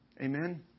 Amen